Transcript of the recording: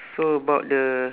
so about the